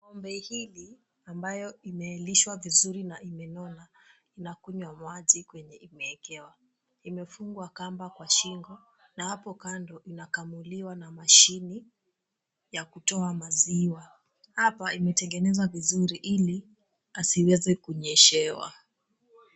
Ng'ombe hili ambayo imelishwa vizuri na imenona, inakunywa maji kwenye imeekewa. Imefungwa kamba kwa shingo na hapo kando inakamuliwa na mashini ya kutoa maziwa. Hapa imetengenezwa vizuri ili asiweze kunyeshewa.